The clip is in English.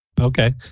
Okay